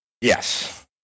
Yes